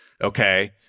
Okay